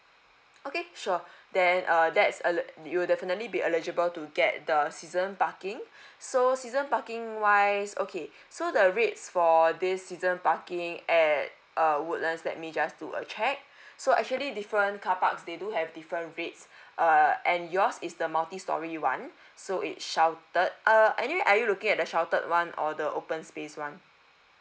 okay sure then uh that's eli~ you'll definitely be eligible to get the season parking so season parking wise okay so the rates for this season parking at uh woodlands let me just do a check so actually different carparks they do have different rates uh and yours is the multi story one so it sheltered uh anyway are you looking at the sheltered one or the open space one